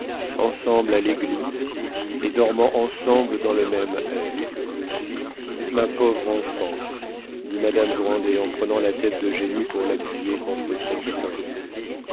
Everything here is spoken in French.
ensemble à l'église et dormant ensemble dans le même air ma pauvre enfant dit madame grandet en prenant la tête d'eugénie pour l'appuyer contre son sein